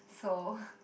so